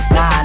Nah